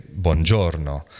buongiorno